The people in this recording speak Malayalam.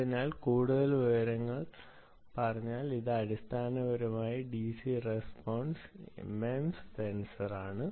അതിനാൽ കൂടുതൽ വിശദമായി പറഞ്ഞാൽ ഇത് അടിസ്ഥാനപരമായി ഒരു DC റെസ്പോൻസ് MEMS സെൻസറാണ്